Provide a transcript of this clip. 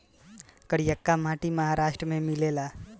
करियाका माटी महाराष्ट्र में मिलेला